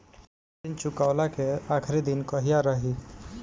ऋण चुकव्ला के आखिरी दिन कहिया रही?